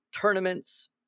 tournaments